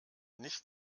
nicht